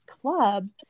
club